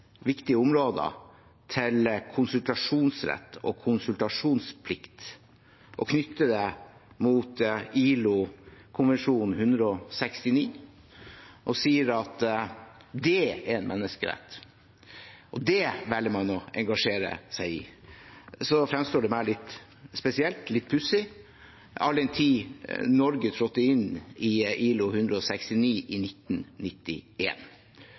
viktige områder, til konsultasjonsrett og konsultasjonsplikt og knytter det til ILO-konvensjon nr. 169 og sier at det er en menneskerett, det velger man å engasjere seg i, fremstår for meg litt spesielt, litt pussig, all den tid Norge trådte inn i ILO-konvensjon nr. 169 i